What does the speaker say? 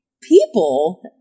people